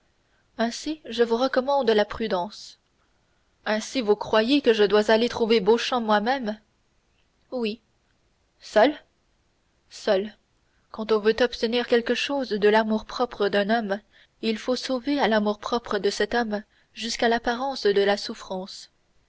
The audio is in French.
ainsi je vous recommande la prudence ainsi vous croyez que je dois aller trouver beauchamp moi-même oui seul seul quand on veut obtenir quelque chose de l'amour-propre d'un homme il faut sauver à l'amour-propre de cet homme jusqu'à l'apparence de la souffrance